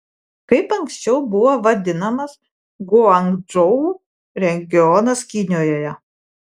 kaip anksčiau buvo vadinamas guangdžou regionas kinijoje